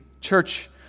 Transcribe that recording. church